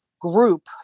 group